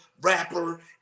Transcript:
rapper